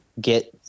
get